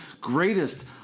greatest